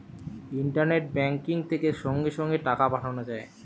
internet banking থেকে সঙ্গে সঙ্গে টাকা পাঠানো যায়